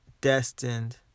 destined